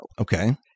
Okay